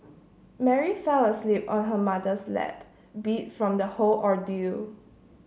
Mary fell asleep on her mother's lap beat from the whole ordeal